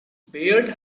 bayard